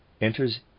enters